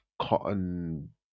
cotton